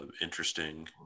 Interesting